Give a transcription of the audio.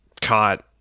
caught